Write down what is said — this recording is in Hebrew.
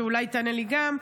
אולי תענה לי גם,